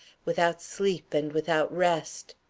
without sleep and without rest.